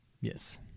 Yes